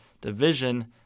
division